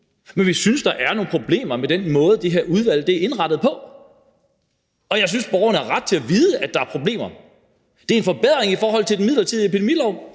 Men vi synes, der er nogle problemer med den måde, det her udvalg er indrettet på. Og jeg synes, at borgerne har ret til at vide, at der er problemer. Det er en forbedring i forhold til den midlertidige epidemilov